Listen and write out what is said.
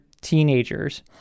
teenagers